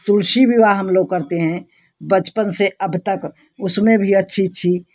तुलसी विवाह हम लोग करते हैं बचपन से अब तक उसमें भी अच्छी अच्छी